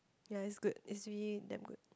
ya is good is really damn good